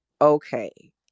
okay